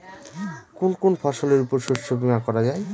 কোন কোন ফসলের উপর শস্য বীমা করা যায়?